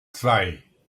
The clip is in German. zwei